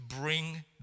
bring